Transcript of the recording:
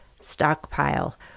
stockpile